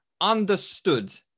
understood